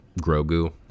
Grogu